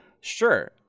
Sure